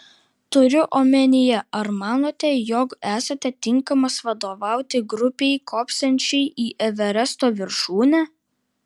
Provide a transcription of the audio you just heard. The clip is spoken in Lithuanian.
turiu omenyje ar manote jog esate tinkamas vadovauti grupei kopsiančiai į everesto viršūnę